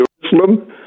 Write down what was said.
Jerusalem